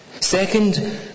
Second